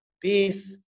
Peace